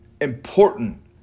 important